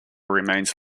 remains